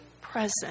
present